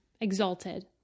Exalted